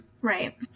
Right